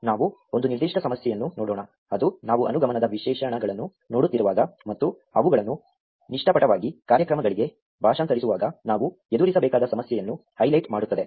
ನಾವು ಒಂದು ನಿರ್ದಿಷ್ಟ ಸಮಸ್ಯೆಯನ್ನು ನೋಡೋಣ ಅದು ನಾವು ಅನುಗಮನದ ವಿಶೇಷಣಗಳನ್ನು ನೋಡುತ್ತಿರುವಾಗ ಮತ್ತು ಅವುಗಳನ್ನು ನಿಷ್ಕಪಟವಾಗಿ ಕಾರ್ಯಕ್ರಮಗಳಿಗೆ ಭಾಷಾಂತರಿಸುವಾಗ ನಾವು ಎದುರಿಸಬೇಕಾದ ಸಮಸ್ಯೆಯನ್ನು ಹೈಲೈಟ್ ಮಾಡುತ್ತದೆ